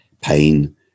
pain